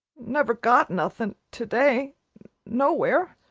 never got nothin' to-day nowhere.